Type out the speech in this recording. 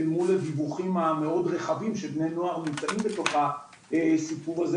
מול הדיווחים המאוד רחבים שבני נוער נמצאים בתוך הסיפור הזה,